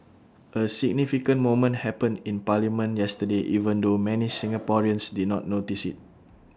A significant moment happened in parliament yesterday even though many Singaporeans did not notice IT